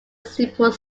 simple